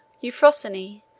Euphrosyne